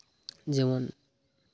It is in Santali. ᱡᱮᱢᱚᱱ